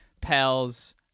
pals